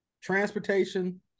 transportation